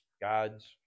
God's